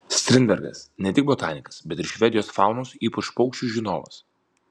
strindbergas ne tik botanikas bet ir švedijos faunos ypač paukščių žinovas